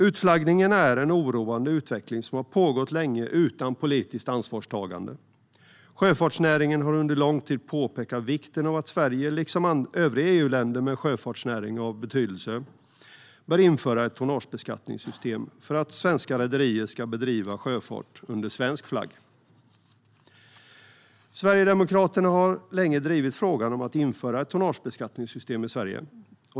Utflaggningen är en oroande utveckling som har pågått länge utan politiskt ansvarstagande. Sjöfartsnäringen har under lång tid påpekat vikten av att Sverige - det gäller även övriga EU-länder med en sjöfartsnäring av betydelse - inför ett tonnagebeskattningssystem för att svenska rederier ska bedriva sjöfart under svensk flagg. Sverigedemokraterna har länge drivit frågan om att införa ett tonnagebeskattningssystem i Sverige.